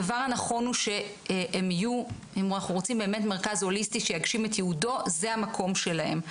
אם אנחנו רוצים באמת מרכז הוליסטי שיגשים את ייעודו זה המקום שלהם.